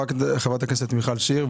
מיכל שיר,